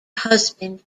husband